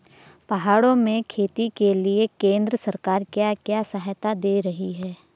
पहाड़ों में खेती के लिए केंद्र सरकार क्या क्या सहायता दें रही है?